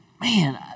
man